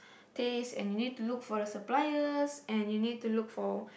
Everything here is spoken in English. taste and you need to look for the suppliers and you need to look for